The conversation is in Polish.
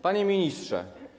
Panie Ministrze!